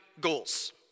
goals